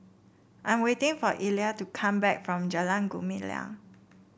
I'm waiting for Ila to come back from Jalan Gumilang